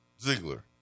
Ziegler